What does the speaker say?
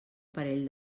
parell